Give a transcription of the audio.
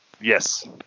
Yes